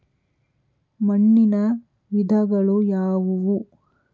ಮಣ್ಣಿನ ವಿಧಗಳು ಯಾವುವು?